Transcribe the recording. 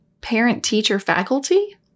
Parent-teacher-faculty